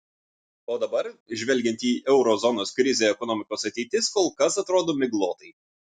o dabar žvelgiant į euro zonos krizę ekonomikos ateitis kol kas atrodo miglotai